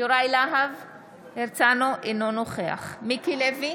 יוראי להב הרצנו, אינו נוכח מיקי לוי,